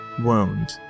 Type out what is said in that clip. wound